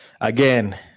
Again